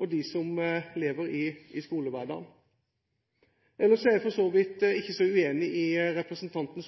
og dem som lever i skolehverdagen. Ellers er jeg for så vidt ikke så uenig i representanten